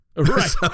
Right